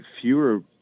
fewer